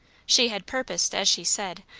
she had purposed, as she said,